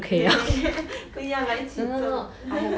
eh 不要啦一起种